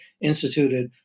instituted